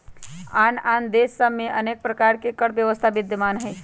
आन आन देश सभ में अनेक प्रकार के कर व्यवस्था विद्यमान हइ